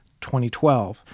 2012